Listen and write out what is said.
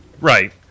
Right